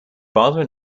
father